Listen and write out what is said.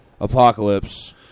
Apocalypse